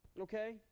okay